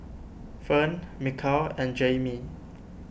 Ferne Mikal and Jaimie